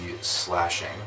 slashing